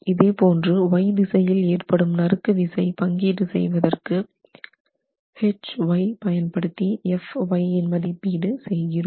இதேபோன்று Y திசையில் ஏற்படும் நறுக்கு விசை பங்கீடு செய்வதற்கு Hy பயன்படுத்தி Fy1 மதிப்பீடு செய்கிறோம்